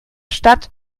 stadt